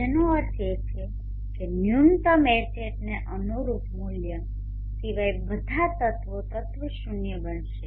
જેનો અર્થ એ છે કે ન્યુનતમ Hatને અનુરૂપ મુલ્ય સિવાય બધા તત્વો તત્વ શૂન્ય બનશે